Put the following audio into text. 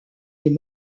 les